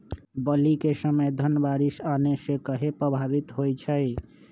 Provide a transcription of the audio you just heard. बली क समय धन बारिस आने से कहे पभवित होई छई?